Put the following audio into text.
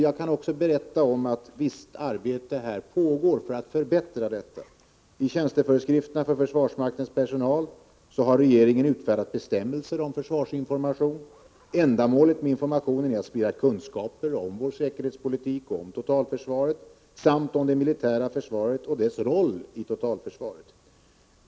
Jag kan berätta att arbete pågår för att förbättra utbildningen för värnpliktiga. I tjänsteföreskrifterna för försvarsmaktens personal har regeringen utfärdat bestämmelser om försvarsinformation. Ändamålet med informationen är att sprida kunskaper om vår säkerhetspolitik, om totalförsvaret samt om det militära försvaret och dess roll i totalförsvaret.